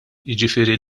jiġifieri